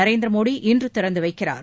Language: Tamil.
நரேந்திர மோடி இன்று திறந்து வைக்கிறார்